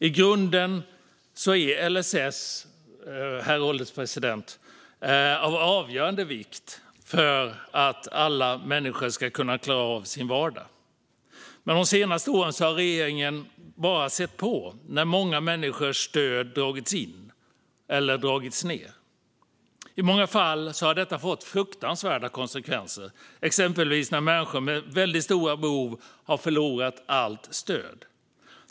I grunden är LSS av avgörande vikt för att alla människor ska kunna klara av sin vardag, herr ålderspresident. Men under de senaste åren har regeringen bara sett på när många människors stöd har dragits in eller dragits ned. I många fall har detta fått fruktansvärda konsekvenser, exempelvis när människor med väldigt stora behov har förlorat allt stöd.